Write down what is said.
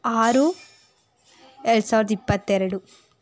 ಆರು ಎರಡು ಸಾವಿರದ ಇಪ್ಪತ್ತೆರಡು